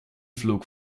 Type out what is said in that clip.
flog